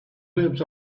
waves